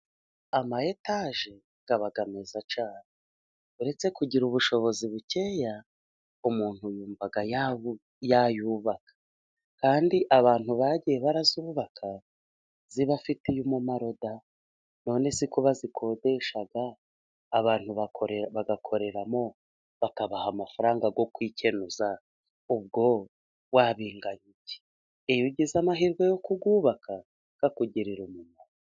Ama etaje aba meza cyane, uretse kugira ubushobozi bukeya, umuntu yumva yayubaka, kandi abantu bagiye bayubaka abafitiye umumaro da. None se ko bazikodesha abantu bagakoreramo, bakabaha amafaranga yo kwikenuza, ubwo wabinganya iki ! Iyo ugize amahirwe yo kuyubaka akugirira umumaro.